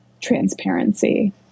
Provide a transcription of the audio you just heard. transparency